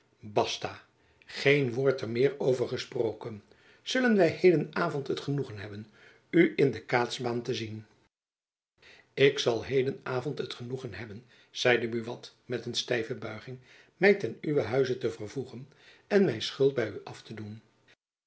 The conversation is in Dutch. basta geen woord er meer over gesproken zullen wy heden avond het genoegen hebben u in de kaatsbaan te zien ik zal heden avond het genoegen hebben zeide buat met een stijve buiging my ten uwen huize te vervoegen en mijn schuld by u af te doen